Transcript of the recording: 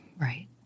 Right